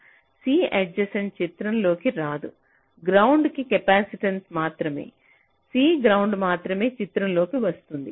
C adjacent చిత్రంలోకి రాదు ground కి కెపాసిటెన్స మాత్రమే C గ్రౌండ్ మాత్రమే చిత్రంలోకి వస్తాయి